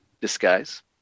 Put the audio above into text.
disguise